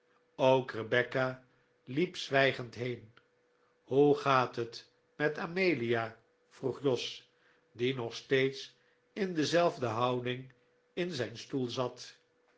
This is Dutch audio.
liep zwijgend heen hoe gaat het met amelia vroeg jos die nog steeds in dezelfde houding in zijn stoelzat er